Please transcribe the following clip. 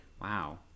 Wow